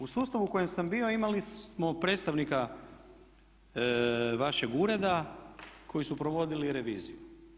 U sustavu u kojem sam bio imali smo predstavnika vašeg ureda koji su provodili reviziju.